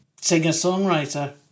singer-songwriter